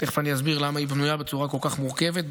תכף אני אסביר למה היא בנויה בצורה מורכבת כל כך,